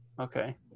okay